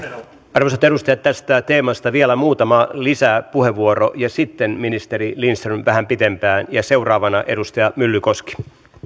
arvoisat edustajat tästä teemasta vielä muutama lisäpuheenvuoro ja sitten ministeri lindström vähän pitempään seuraavana edustaja myllykoski arvoisa